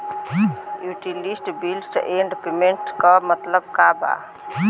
Utility bills and payments क मतलब का बा?